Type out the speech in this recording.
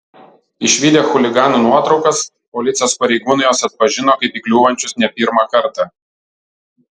išvydę chuliganų nuotraukas policijos pareigūnai juos atpažino kaip įkliūvančius ne pirmą kartą